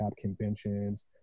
conventions